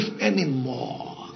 anymore